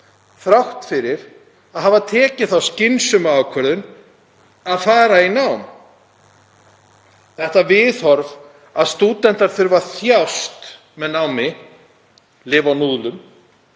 þrátt fyrir að hafa tekið þá skynsamlegu ákvörðun að fara í nám. Þetta viðhorf, að stúdentar þurfi að þjást með námi, lifa á núðlum,